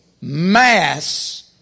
Mass